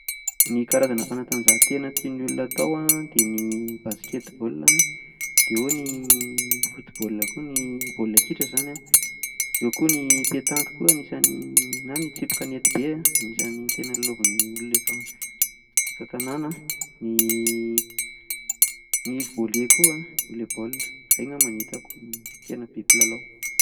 Ny karazana fanatanjahatena tian'ny olona hatao an, dia ny basketball an, dia eo ny ny football koa na ny baolina kitra izany an, ao koa ny petanque koa anisan- na ny tsipy kanety be an, dia anisan'ny lalaovin'ny olona eto an-tanana an, ny ny volley koa an, volley ball, izay angamba no tena hitako be mpilalao.